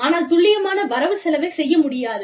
ஆனால் துல்லியமான வரவு செலவைச் செய்ய முடியாது